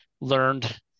learned